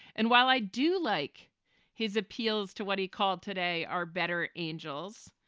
and while i do like his appeals to what he called today, our better angels,